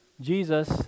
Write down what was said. Jesus